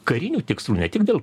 karinių tikslų ne tik dėl